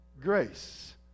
grace